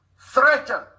threaten